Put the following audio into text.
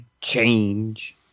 change